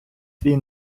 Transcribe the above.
твій